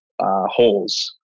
holes